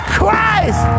Christ